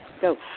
Go